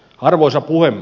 arvoisa puhemies